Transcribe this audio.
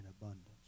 abundance